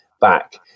back